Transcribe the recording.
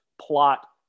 plot